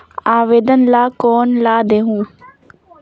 आवेदन ला कोन ला देहुं?